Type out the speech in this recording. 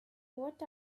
what